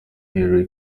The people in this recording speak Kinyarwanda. eric